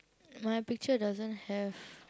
my picture doesn't have